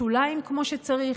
שוליים כמו שצריך.